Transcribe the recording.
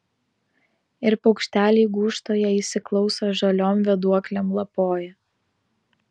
ir paukšteliai gūžtoje įsiklauso žaliom vėduoklėm lapoja